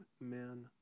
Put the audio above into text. men